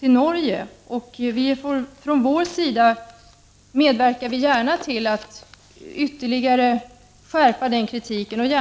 mot Norge. Från vår sida medverkar vi gärna till att ytterligare skärpa kritiken.